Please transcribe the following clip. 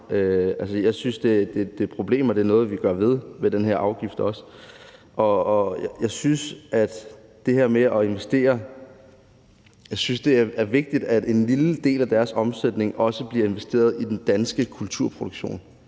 jeg synes, at det er et problem, og det er noget, vi også gør noget ved ved hjælp af den her afgift. Jeg synes, at det er vigtigt, at en lille del af deres omsætning også bliver investeret i den danske kulturproduktion.